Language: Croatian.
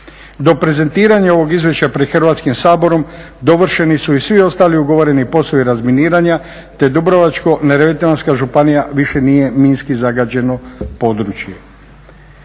Do prezentiranja ovog izvješća pred Hrvatskim saborom dovršeni su svi ostali ugovoreni poslovi razminiranja te Dubrovačko-neretvanska više nije minski zagađeno područje.